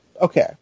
okay